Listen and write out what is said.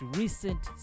recent